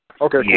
Okay